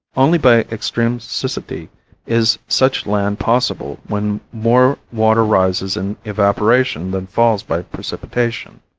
only by extreme siccity is such land possible when more water rises in evaporation than falls by precipitation.